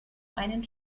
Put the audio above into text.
einen